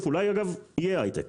אולי יהיה היי-טק,